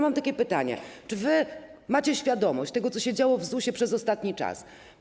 Mam takie pytanie: Czy wy macie świadomość tego, co się działo w ZUS-ie przez ostatni czas?